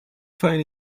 find